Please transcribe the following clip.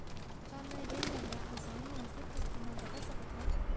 का मैं ऋण मन ल आसान मासिक किस्ती म पटा सकत हो?